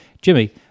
Jimmy